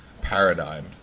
Paradigm